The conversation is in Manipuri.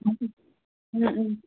ꯎꯝ ꯎꯝ